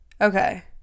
Okay